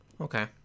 Okay